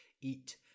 eat